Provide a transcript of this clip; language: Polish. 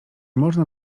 można